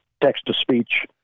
text-to-speech